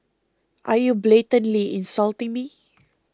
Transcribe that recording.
are you blatantly insulting me